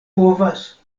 povas